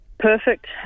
Perfect